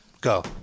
Go